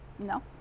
No